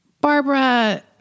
Barbara